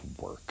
work